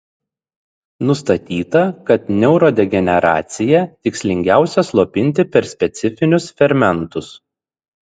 nustatyta kad neurodegeneraciją tikslingiausia slopinti per specifinius fermentus